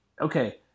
okay